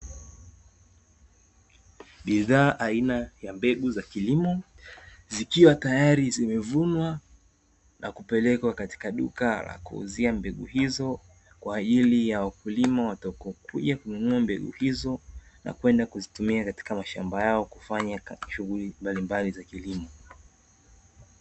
Bidhaa aina ya mbegu za kilimo zikiwa teyari zimevunwa na kupelekwa katika duka la kuuzia mbegu hizo, kwa ajili ya wakulima watakao kuja kununua mbegu hizo na kwenda kutumia katika mashamba yao kufanya shughuli mbalimbali za kilimo.